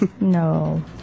No